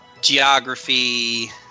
geography